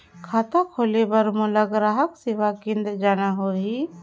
खाता खोले बार मोला ग्राहक सेवा केंद्र जाना होही?